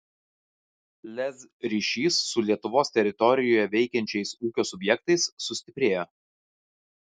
lez ryšys su lietuvos teritorijoje veikiančiais ūkio subjektais sustiprėjo